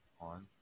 on